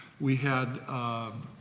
we had ah,